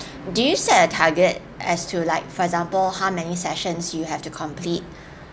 do you set a target as to like for example how many sessions you have to complete